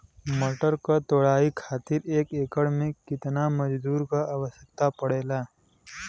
मटर क तोड़ाई खातीर एक एकड़ में कितना मजदूर क आवश्यकता पड़ेला?